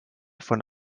von